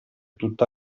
tutta